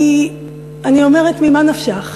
אני אומרת, ממה נפשך?